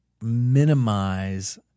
minimize